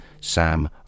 Sam